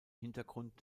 hintergrund